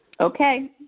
Okay